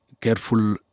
careful